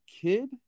kid